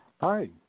Hi